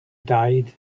died